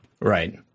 Right